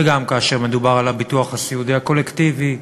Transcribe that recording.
וגם כאשר מדובר על הביטוח הסיעודי הקולקטיבי,